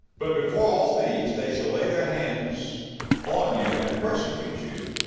but before all these, they shall lay their hands on you, and persecute you,